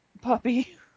puppy